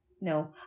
no